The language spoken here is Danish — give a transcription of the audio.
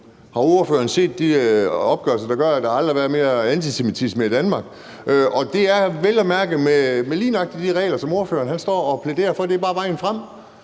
Har ordføreren set de opgørelser, der viser, at der aldrig har været mere antisemitisme i Danmark? Det er vel at mærke med lige nøjagtig de regler, som ordføreren står og plæderer for bare er vejen frem.